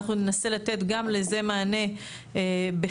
לתת גם לזה מענה בחקיקה,